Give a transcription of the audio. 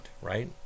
right